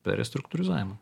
per restruktūrizavimą